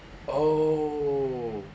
oh